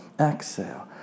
exhale